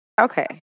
okay